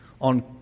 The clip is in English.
on